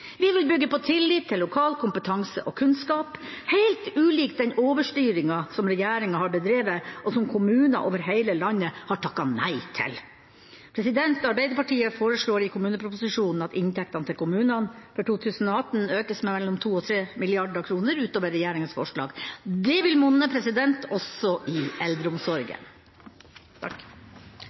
Vi vil bygge på tillit til lokal kompetanse og kunnskap, helt ulikt den overstyringen som regjeringa har bedrevet, og som kommuner over hele landet har takket nei til. Arbeiderpartiet foreslår i forbindelse med behandlingen av kommuneproposisjonen at inntektene til kommunene for 2018 økes med 2 mrd.–3 mrd. kr utover regjeringas forslag. Det vil monne – også i eldreomsorgen.